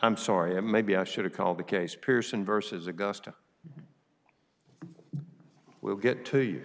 i'm sorry and maybe i should have called the case pearson versus augusta we'll get to you